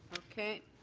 okay,